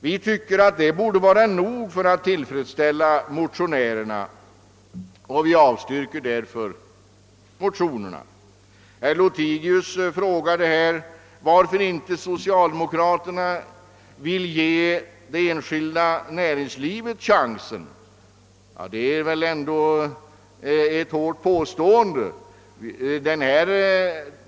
Vi tycker detta borde räcka för att tillfredsställa motionärerna och avstyrker därför motionerna. Herr Lothigius frågade varför socialdemokraterna inte vill ge det enskilda näringslivet någon chans. Det är väl ändå väl starkt formulerat.